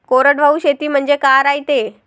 कोरडवाहू शेती म्हनजे का रायते?